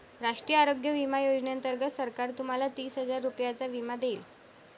राष्ट्रीय आरोग्य विमा योजनेअंतर्गत सरकार तुम्हाला तीस हजार रुपयांचा विमा देईल